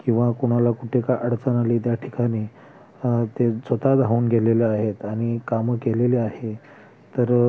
किंवा कोणाला कुठे का अडचण आली त्या ठिकाणी ते स्वत धावून गेलेले आहेत आणि कामं केलेले आहे तर